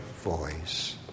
voice